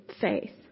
faith